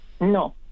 No